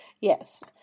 Yes